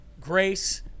grace